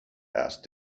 asked